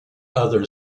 other